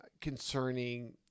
concerning